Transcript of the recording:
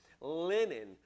linen